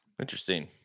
Interesting